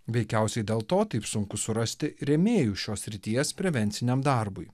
veikiausiai dėl to taip sunku surasti rėmėjų šios srities prevenciniam darbui